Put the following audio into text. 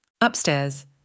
Upstairs